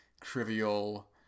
trivial